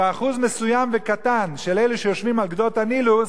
ואחוז מסוים וקטן של אלה שיושבים על גדות הנילוס,